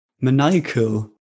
maniacal